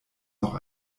noch